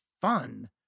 fun